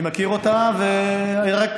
אני מכיר אותה, ורק,